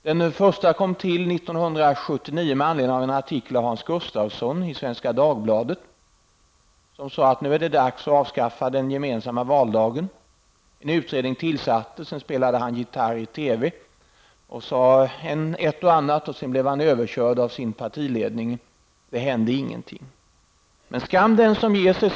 Den första kom till år 1979 med anledning av en artikel av Hans Gustafsson i Svenska Dagbladet. Han sade att det nu var dags att avskaffa den gemensamma valdagen. En utredning tillsattes. Därefter spelade han gitarr i TV och sade ett och annat, och så blev han överkörd av sin egen partiledning. Det hände ingenting. Men skam den som ger sig.